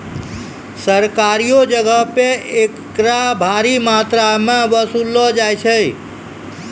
सरकारियो जगहो पे एकरा भारी मात्रामे वसूललो जाय छै